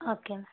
okay ma'am